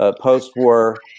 post-war